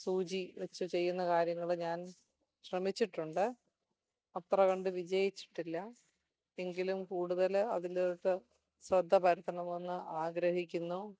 സൂചി വച്ചു ചെയ്യുന്ന കാര്യങ്ങൾ ഞാൻ ശ്രമിച്ചിട്ടുണ്ട് അത്രകണ്ട് വിജയിച്ചിട്ടില്ല എങ്കിലും കൂടുതൽ അതിലോട്ട് ശ്രദ്ധ പരത്തണമെന്ന് ആഗ്രഹിക്കുന്നു